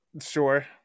sure